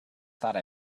thought